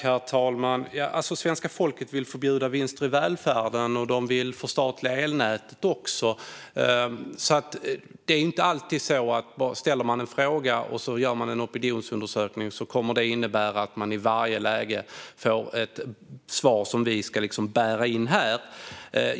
Herr talman! Svenska folket vill förbjuda vinster i välfärden och vill även förstatliga elnätet. Om man ställer en fråga och gör en opinionsundersökning är det inte alltid så att det i varje läge kommer att innebära att man får ett svar som vi ska bära in här i riksdagen.